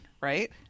right